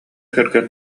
кэргэн